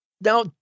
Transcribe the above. Now